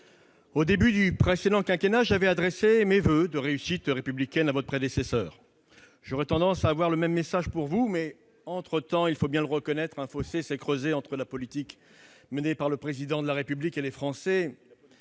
au début du quinquennat, j'avais adressé mes voeux républicains de réussite à votre prédécesseur. J'aurais tendance à avoir le même message pour vous. Mais, il faut bien le reconnaître, un fossé s'est creusé entre-temps entre la politique menée par le Président de la République et les Français.